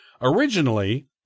Originally